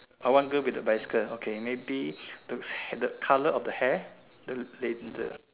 ah one girl with the bicycle okay maybe the the color of the hair the they the